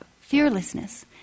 fearlessness